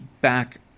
back